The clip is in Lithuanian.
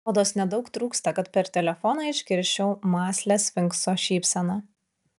rodos nedaug trūksta kad per telefoną išgirsčiau mąslią sfinkso šypseną